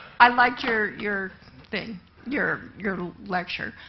i liked your your thing your your lecture.